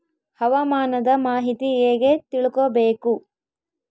ಹವಾಮಾನದ ಮಾಹಿತಿ ಹೇಗೆ ತಿಳಕೊಬೇಕು?